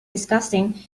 disgusting